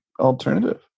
alternative